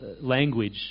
language